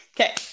Okay